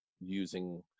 using